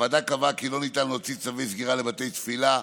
הוועדה קבעה כי לא ניתן להוציא צווי סגירה לבתי תפילה,